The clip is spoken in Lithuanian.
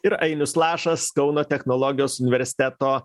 ir ainius lašas kauno technologijos universiteto